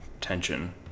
tension